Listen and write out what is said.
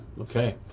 Okay